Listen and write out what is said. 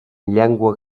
llengua